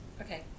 Okay